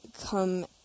come